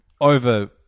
Over